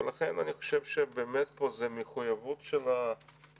ולכן אני חושב שבאמת פה זו מחויבות של המדינה,